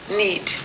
need